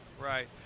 Right